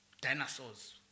dinosaurs